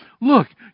Look